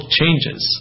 changes